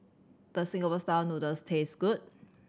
does Singapore Style Noodles taste good